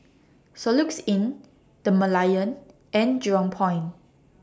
Soluxe Inn The Merlion and Jurong Point